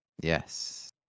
Yes